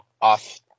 off